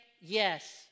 Yes